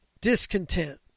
discontent